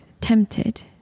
tempted